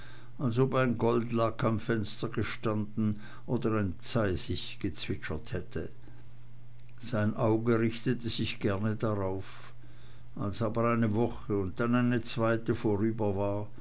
als ob ein goldlack am fenster gestanden oder ein zeisig gezwitschert hätte sein auge richtete sich gerne darauf als aber eine woche und dann eine zweite vorüber war